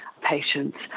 patients